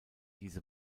diese